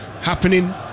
happening